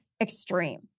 extreme